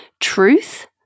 truth